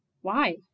Why